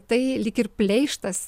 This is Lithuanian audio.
tai lyg ir pleištas